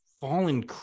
fallen